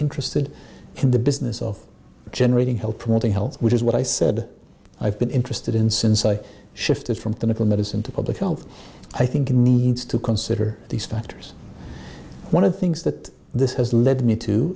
interested in the business of generating health promoting health which is what i said i've been interested in since i shifted from the middle medicine to public health i think it needs to consider these factors one of the things that this has led me to